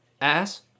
ass